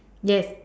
yes